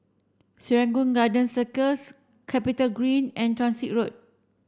Serangoon Garden Circus CapitaGreen and Transit Road